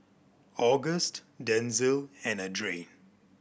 August Denzil and Adrain